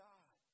God